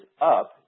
up